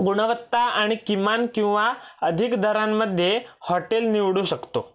गुणवत्ता आणि किमान किंवा अधिक दरांमध्ये हॉटेल निवडू शकतो